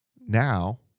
Now